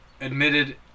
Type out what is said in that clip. admitted